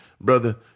brother